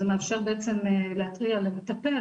זה מאפשר בעצם להתריע למטפל,